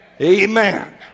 Amen